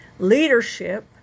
Leadership